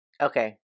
Okay